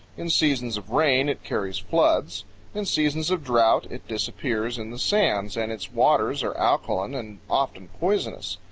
in seasons of rain it carries floods in seasons of drought it disappears in the sands, and its waters are alkaline and often poisonous.